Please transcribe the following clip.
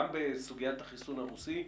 גם בסוגית החיסון הרוסי,